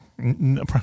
No